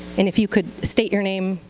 and if you could state your name,